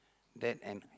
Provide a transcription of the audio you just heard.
that and